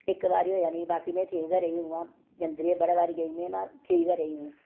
इक बारी होएआ मिगी बाकी में ठीक गै रेही उ'आं जंदी रेही बड़े बारी गेई में वा ठीक गै रेही में